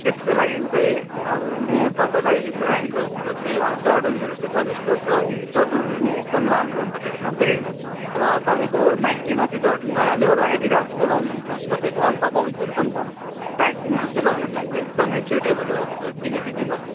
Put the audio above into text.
त्यसको लागि चाहिँ हजुर म तपाईँलाई लो एङ्कलतिर चाहिँ जर्डनहरू चाहिँ सजेस्ट गर्छु है जर्डनहरू नै एकदम राम्रो हुन्छ त्यसमा चाहिँ र तपाईँको नाइकीमा चाहिँ जर्डन भइहाल्यो र एडिडासको लाउनु हुन्छ भने तपाईँको अल्फाबाउन्सहरू पनि छ ट्र्याकमा चाहिँ लाउनुको लागि चाहिँ एकदमै सुइटेबल हो हजुर किनकि तिनीहरूको